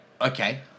Okay